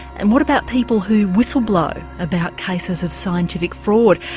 and what about people who whistle-blow about cases of scientific fraud?